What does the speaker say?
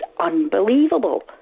unbelievable